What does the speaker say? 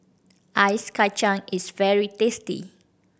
ice kacang is very tasty